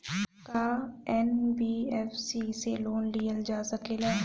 का एन.बी.एफ.सी से लोन लियल जा सकेला?